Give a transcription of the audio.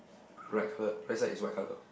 right her right side is white color